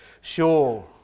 Sure